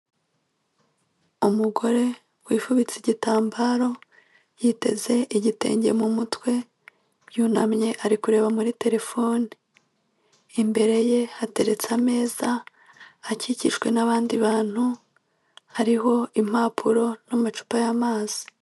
Umugore wifubitse igitambaro, yiteze igitenge mu mutwe, yunamye ari kureba muri terefone, imbere ye hateretse ameza akikijwe n'abandi bantu, hariho impapuro n'amacupa y'amazi.